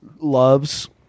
Love's